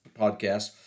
podcast